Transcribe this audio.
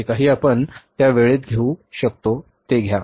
जे काही आपण त्या वेळेत घेऊ शकतो ते घ्या